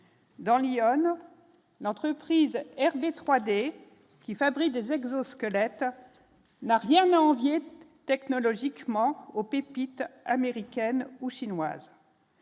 Dans l'Yonne, l'entreprise 3D qui fabrique des exosquelettes n'a rien envier technologiquement aux pépites américaine ou chinoise.